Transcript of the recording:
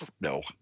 No